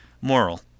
Moral